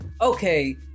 okay